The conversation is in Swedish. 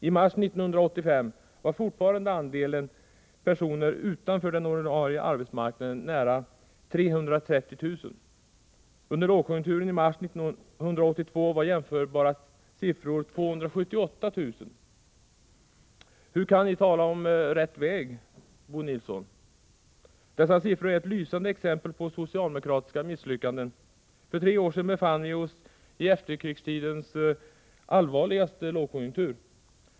I mars 1985 var fortfarande andelen personer utanför den ordinarie arbetsmarknaden nära 330 000. Under lågkonjunkturen i mars 1982 var den jämförbara siffran 278 000. Hur kan ni tala om rätt väg då, Bo Nilsson? Dessa siffror utgör ett lysande exempel på socialdemokratiska misslyckanden. För tre år sedan befann vi oss i efterkrigstidens allvarligaste lågkonjunktur.